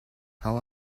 how